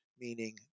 meaning